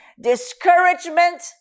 discouragement